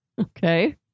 Okay